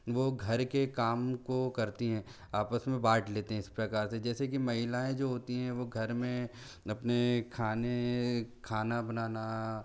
वो घर के काम को करती हैं आपस में बांट लेते हैं इस प्रकार से जैसे कि महिलाएँ जो होती हैं वो घर में अपने खाने खाना बनाना